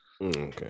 Okay